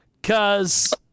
Cause